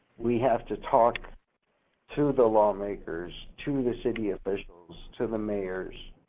we have to talk to the lawmakers, to the city officials, to the mayors,